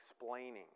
explaining